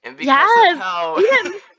Yes